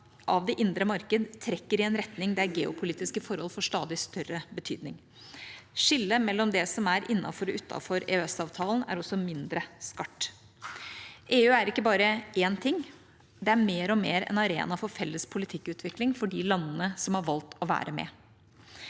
av det indre marked trekker i en retning der geopolitiske for hold får stadig større betydning. Skillet mellom det som er innenfor og utenfor EØS-avtalen, er også mindre skarpt. EU er ikke bare én ting, det er mer og mer en arena for felles politikkutvikling for de landene som har valgt å være med.